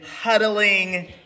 huddling